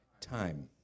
time